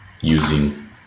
using